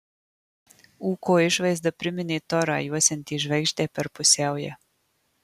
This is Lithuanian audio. ūko išvaizda priminė torą juosiantį žvaigždę per pusiaują